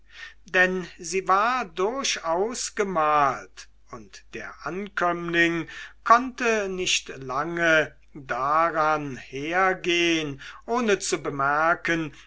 denn sie war durchaus gemalt und der ankömmling konnte nicht lange daran hergehen ohne zu bemerken